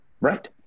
Right